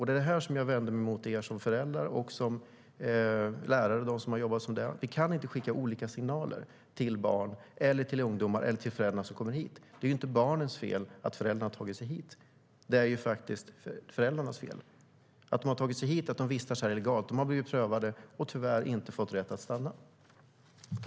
Det är här som jag vänder mig mot er som föräldrar och mot de som jobbat som lärare. Vi kan inte skicka olika signaler till barn och ungdomar eller till föräldrar som kommer hit. Det är ju inte barnens fel att föräldrarna har tagit sig hit. Det är faktiskt föräldrarnas fel att de har tagit sig hit och vistas här i dag. De har blivit prövade och tyvärr inte fått rätt att stanna.